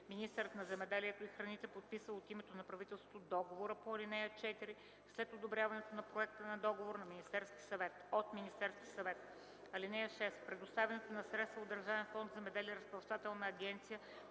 Министърът на земеделието и храните подписва от името на правителството договора по ал. 4 след одобряването на проекта на договор от Министерския съвет. (6) Предоставянето на средствата от Държавен фонд „Земеделие” – Разплащателна агенция